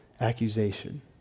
accusation